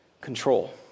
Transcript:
Control